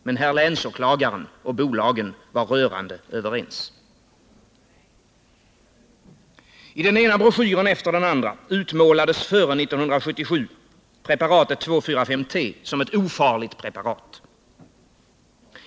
Men herr länsåklagaren och bolagen var rörande överens. I den ena broschyren efter den andra utmålades före 1977 preparatet 2,4,5-T som ofarligt.